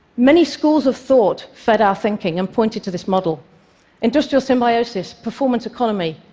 many schools of thought fed our thinking and pointed to this model industrial symbiosis, performance economy,